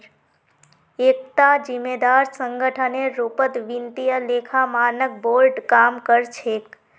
एकता जिम्मेदार संगठनेर रूपत वित्तीय लेखा मानक बोर्ड काम कर छेक